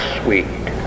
sweet